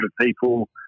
people